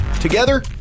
Together